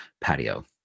patio